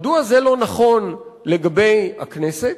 לא נכון לגבי הכנסת?